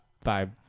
five